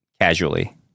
casually